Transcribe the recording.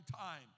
time